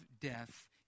death